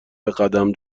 بقدم